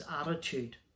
attitude